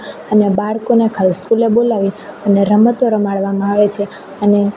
અને બાળકોને ખાલી સ્કૂલે બોલાવી અને રમતો રમાડવામાં આવે છે અને